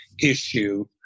issue